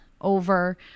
over